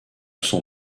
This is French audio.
son